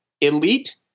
elite